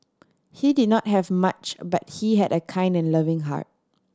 he did not have much but he had a kind and loving heart